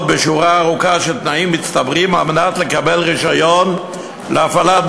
בשורה ארוכה של תנאים מצטברים כדי לקבל רישיון להפעלתו.